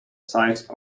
size